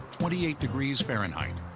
twenty eight degrees fahrenheit.